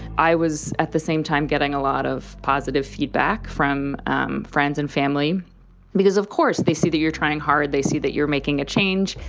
i was at the same time getting a lot of positive feedback from um friends and family because, of course, they see that you're trying hard. they see that you're making a change.